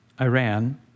Iran